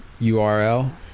URL